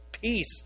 Peace